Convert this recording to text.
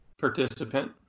participant